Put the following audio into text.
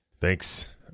Thanks